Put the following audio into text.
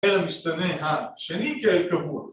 ‫אלא המשתנה השני כאל קבוע.